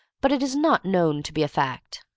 but it is not known to be a fact.